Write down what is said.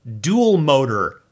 dual-motor